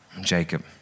Jacob